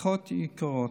משפחות יקרות,